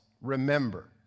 remember